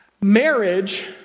Marriage